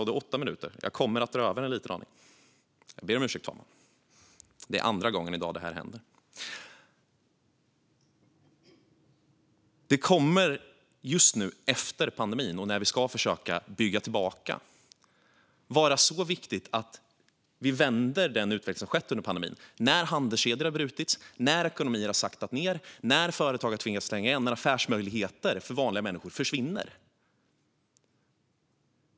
Det kommer just nu, efter pandemin, när vi ska försöka bygga tillbaka, att vara viktigt att vi vänder den utveckling som skett under pandemin, när handelskedjor har brutits, när ekonomier har saktat ned, när företag har tvingats stänga igen och när affärsmöjligheter för vanliga människor har försvunnit.